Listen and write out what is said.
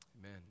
Amen